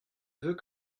veux